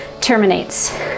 terminates